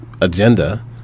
agenda